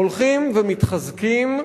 הולכים ומתחזקים,